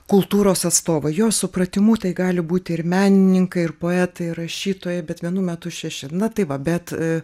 kultūros atstovai jo supratimu tai gali būti ir menininkai ir poetai ir rašytojai bet vienu metu šeši na tai va bet